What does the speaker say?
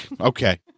Okay